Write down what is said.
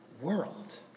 world